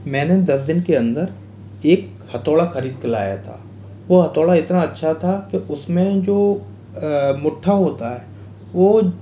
मैंने दस दिन के अंदर एक हथौड़ा खरीदकर लाया था वह हथौड़ा इतना अच्छा था के उसमें जो मुट्ठा होता है वो